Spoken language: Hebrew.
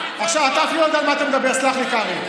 אתה אפילו לא יודע על מה אתה מדבר, סלח לי, קרעי.